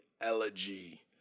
Elegy